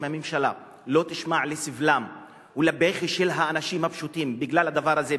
אם הממשלה לא תשמע לסבלם ולבכיים של האנשים הפשוטים בגלל הדבר הזה,